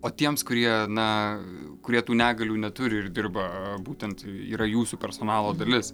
o tiems kurie na kurie tų negalių neturi ir dirba būtent yra jūsų personalo dalis